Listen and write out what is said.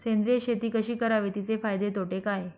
सेंद्रिय शेती कशी करावी? तिचे फायदे तोटे काय?